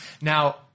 Now